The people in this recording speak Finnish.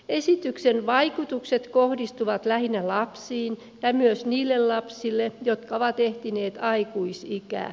esityksen vaikutukset kohdistuvat lähinnä lapsiin ja myös niihin lapsiin jotka ovat ehtineet aikuisikään